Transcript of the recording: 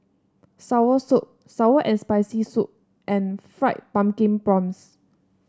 Soursop sour and Spicy Soup and Fried Pumpkin Prawns